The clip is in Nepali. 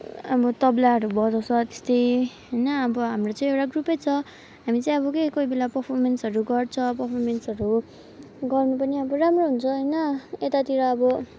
अब तबलाहरू बजाउँछ त्यस्तै होइन अब हाम्रो चाहिँ एउटा ग्रुपै छ हामी चाहिँ अब के कोही बेला परफर्मेन्सहरू गर्छ अब परफर्मेन्सहरू गर्नु पनि अब राम्रो हुन्छ होइन यतातिर अब